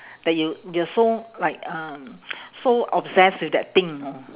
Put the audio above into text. that you you're so like um so obsessed with that thing you know